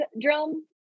drum